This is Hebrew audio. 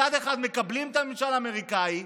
מצד אחד מקבלים את הממשל האמריקאי,